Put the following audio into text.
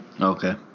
Okay